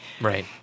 Right